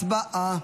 הצבעה.